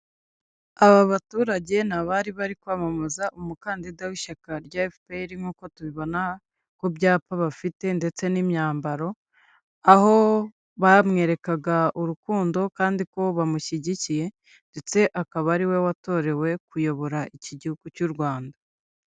Aba baturage ni abari bari kwamamaza umukandida w'ishyaka rya FPR nk' uko tubibona ku byapa bafite ndetse n'imyambaro, aho bamwerekaga urukundo kandi ko bamushyigikiye ndetse akaba ari we watorewe kuyobora iki gihugu cy'u Rwanda.